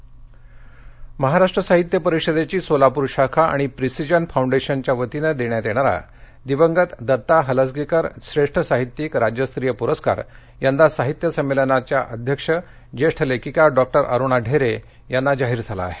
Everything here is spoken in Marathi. दत्ता हलसगीकर पुरस्कार महाराष्ट्र साहित्य परिषदेची सोलापूर शाखा आणि प्रिसिजन फाउंडेशनच्या वतीनं देण्यात येणारा दिवंगत दत्ता हलसगीकर श्रेष्ठ साहित्यिक राज्यस्तरीय पुरस्कार यंदा साहित्य संमेलनाच्या अध्यक्ष ज्येष्ठ लेखिका डॉ अरुणा ढेरे यांना जाहीर झाला आहे